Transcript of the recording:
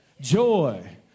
Joy